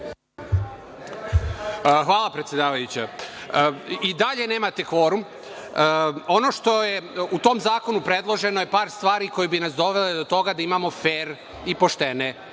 Hvala, predsedavajuća.I dalje nemate kvorum. Ono što je u tom zakonu predloženo jeste par stvari koje bi nas dovele do toga da imamo fer i poštene